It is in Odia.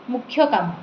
ମୁଖ୍ୟ କାମ